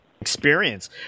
experience